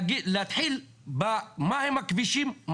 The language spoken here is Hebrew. להתחיל במה הם הכבישים,